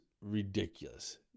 ridiculous